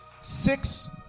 Six